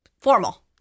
Formal